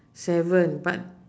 seven but